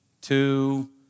two